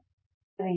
ಸರಿ